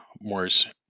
Moore's